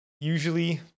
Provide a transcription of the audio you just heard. usually